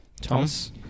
Thomas